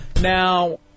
Now